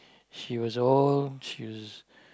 she was old she was